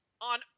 on